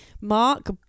Mark